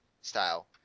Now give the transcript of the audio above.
style